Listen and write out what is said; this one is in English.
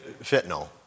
fentanyl